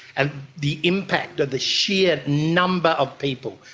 and the impact of the sheer number of people,